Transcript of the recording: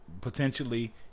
Potentially